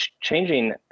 changing